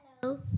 Hello